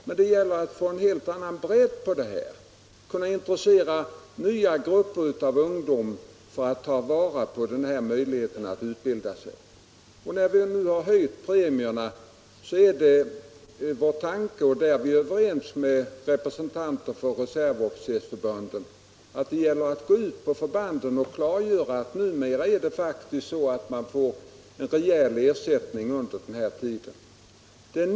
Men det gäller att få en helt annan bredd på utbildningen, att kunna intressera nya grupper av ungdomar att ta vara på de här möjligheterna att utbilda sig till officer. När vi nu har höjt premierna är det vår tanke — och där är vi överens med representanterna för reservofficersförbunden — att gå ut på förbanden och klargöra för pojkarna att man numera faktiskt får en rejäl ersättning under utbildningstiden.